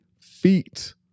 feet